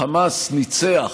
החמאס ניצח